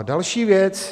Další věc.